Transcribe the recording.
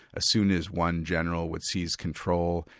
as soon as one general would seize control,